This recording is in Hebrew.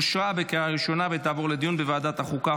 אושרה בקריאה הראשונה ותעבור לדיון בוועדת החוקה,